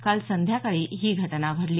काल संध्याकाळी ही घटना घडली